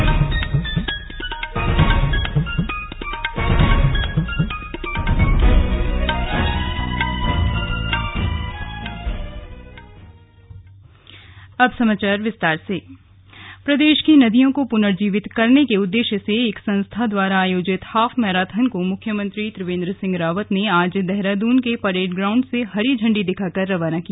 रवाना प्रदेश की नदियों को पुनर्जीवित करने के उददेश्य से एक संस्था द्वारा आयोजित हॉफ मैराथन को मुख्यमंत्री त्रिवेन्द्र सिंह रावत ने आज देहरादून के परेड़ ग्राउण्ड से हरी झण्डी दिखाकर रवाना किया